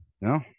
no